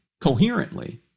coherently